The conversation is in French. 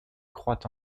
croit